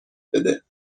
بده